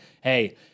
hey